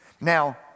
Now